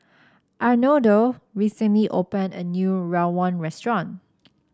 Arnoldo recently opened a new Rawon restaurant